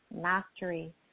Mastery